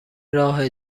راه